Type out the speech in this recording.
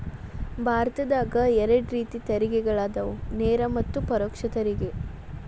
ಭಾರತದಾಗ ಎರಡ ರೇತಿ ತೆರಿಗೆಗಳದಾವ ನೇರ ಮತ್ತ ಪರೋಕ್ಷ ತೆರಿಗೆ